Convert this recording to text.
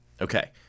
okay